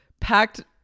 packed